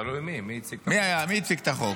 מי הציג את החוק?